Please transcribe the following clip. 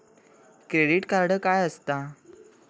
Credit card काय असता?